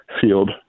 field